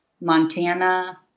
Montana